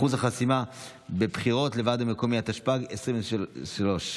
התשפ"ג 2023,